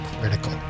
critical